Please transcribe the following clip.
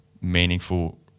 meaningful